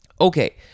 Okay